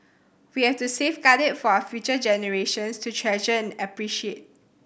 we have to safeguard it for our future generations to treasure and appreciate